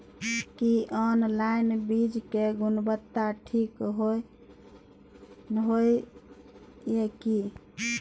की online बीज के गुणवत्ता ठीक होय ये की?